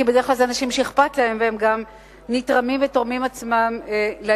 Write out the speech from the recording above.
כי בדרך כלל אלה אנשים שאכפת להם והם גם נתרמים ותורמים את עצמם לעניין,